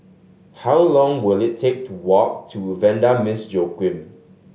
how long will it take to walk to Vanda Miss Joaquim